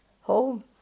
home